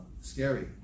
scary